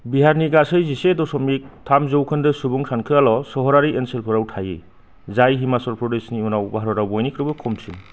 बिहारनि गासै जिसे दसमिक थाम जौखोन्दो सुबुं सानखोआल' सहरारि ओनसोलफोराव थायो जाय हिमाचल प्रदेशनि उनाव भारतआव बयनिख्रुइबो खमसिन